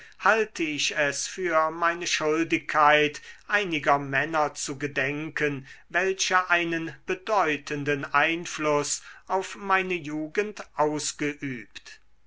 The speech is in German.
halte ich es für meine schuldigkeit einiger männer zu gedenken welche einen bedeutenden einfluß auf meine jugend ausgeübt